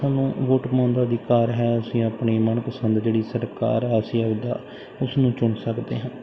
ਸਾਨੂੰ ਵੋਟ ਪਾਉਣ ਦਾ ਅਧਿਕਾਰ ਹੈ ਅਸੀਂ ਆਪਣੀ ਮਨ ਪਸੰਦ ਜਿਹੜੀ ਸਰਕਾਰ ਹੈ ਅਸੀਂ ਆਪਣਾ ਉਸਨੂੰ ਚੁਣ ਸਕਦੇ ਹਾਂ